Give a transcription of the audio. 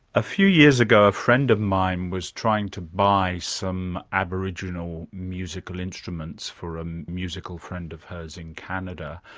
a few years ago a friend of mine was trying to buy some aboriginal musical instruments for a um musical friend of hers in canada,